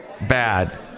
bad